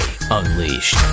Unleashed